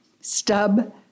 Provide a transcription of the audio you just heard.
stub